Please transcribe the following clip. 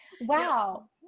Wow